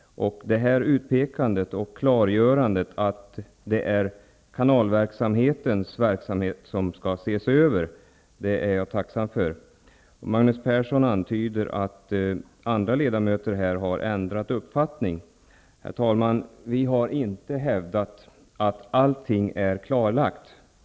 Jag är tacksam över utpekandet och klargörandet av att det är kanalverkets verksamhet som skall ses över. Magnus Persson antyder att andra ledamöter har ändrat uppfattning. Herr talman! Vi har inte hävdat att allting är klarlagt.